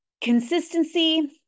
consistency